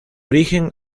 origen